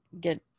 get